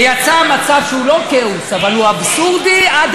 ויצא מצב שהוא לא כאוס, אבל הוא אבסורדי עד